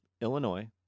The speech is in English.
Illinois